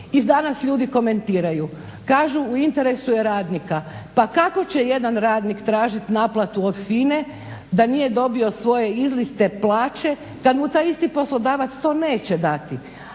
i danas ljudi komentiraju, kažu u interesu je radnika pa kako će jedan radnik tražit naplatu od FINA-e da nije dobio svoje izliste plaće kad mu taj isti poslodavac to neće dati.